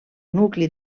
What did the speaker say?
nucli